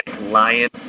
lion